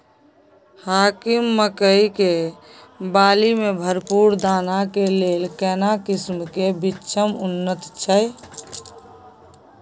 हाकीम मकई के बाली में भरपूर दाना के लेल केना किस्म के बिछन उन्नत छैय?